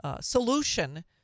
solution